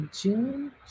June